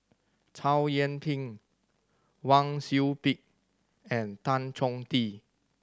Chow Yian Ping Wang Sui Pick and Tan Chong Tee